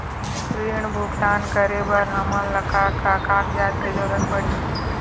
ऋण भुगतान करे बर हमन ला का का कागजात के जरूरत पड़ही?